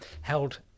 held